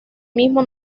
mismo